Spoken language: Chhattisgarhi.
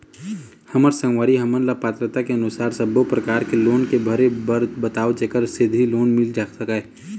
हमर संगवारी हमन ला पात्रता के अनुसार सब्बो प्रकार के लोन के भरे बर बताव जेकर सेंथी लोन मिल सकाए?